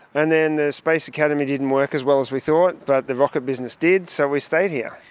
and then the space academy didn't work as well as we thought, but the rocket business did, so we stayed here.